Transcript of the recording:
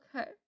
Okay